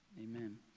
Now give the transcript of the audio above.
Amen